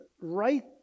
right